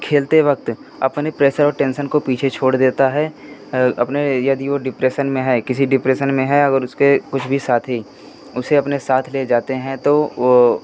खेलते वक़्त अपने प्रेसर और टेंसन को पीछे छोड़ देता है अपने यदि वह डिप्रेसन में है किसी डिप्रेसन में है और उसके कुछ भी साथी उसे अपने साथ ले जाते हैं तो वह